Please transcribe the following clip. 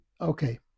Okay